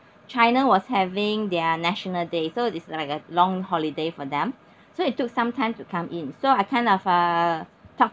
china was having their national day so it's like a long holiday for them so it took some time to come in so I kind of uh talk